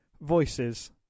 Voices